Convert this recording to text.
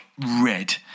red